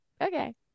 okay